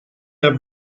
der